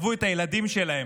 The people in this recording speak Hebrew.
עזבו את הילדים שלהם,